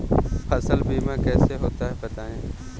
फसल बीमा कैसे होता है बताएँ?